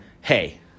hey